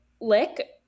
lick